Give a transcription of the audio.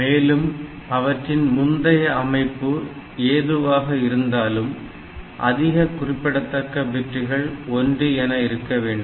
மேலும் அவற்றின் முந்தைய அமைப்பு எதுவாக இருந்தாலும் அதிக குறிப்பிடத்தக்க பிட்டுகள் 1 என இருக்க வேண்டும்